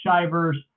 Shivers